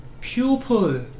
Pupil